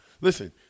Listen